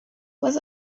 was